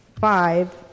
five